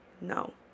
no